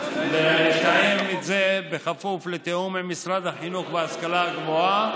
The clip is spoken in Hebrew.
לתאם את זה כפוף לתיאום עם משרד החינוך וההשכלה הגבוהה?